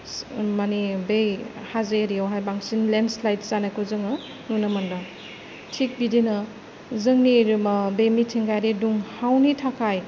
माने बै हाजो एरिया यावहाय बांसिन लेनस्लाइद जानायखौ जोङो नुनो मोनदों थिग बिदिनो जोंनि बे मिथिंगायारि दुंहावनि थाखाय